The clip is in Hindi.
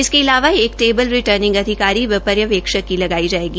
इसके अलावा एक टेबल रिर्टनिंग अधिकारी व पर्यवेक्षक की लगाई जाएगी